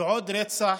ועוד רצח,